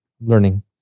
Learning